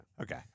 Okay